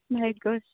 ভাগ্য